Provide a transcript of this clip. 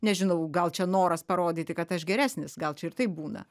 nežinau gal čia noras parodyti kad aš geresnis gal čia ir taip būna